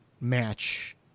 match